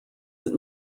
that